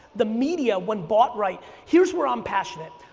the media when bought right, here's where i'm passionate,